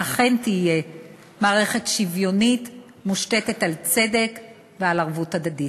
אכן תהיה מערכת שוויונית המושתתת על צדק ועל ערבות הדדית.